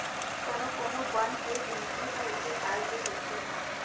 कोनो कोनो बन के जिनगी ह एके साल के होथे